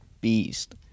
beast